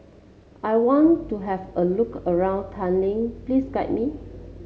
I want to have a look around Tallinn please guide me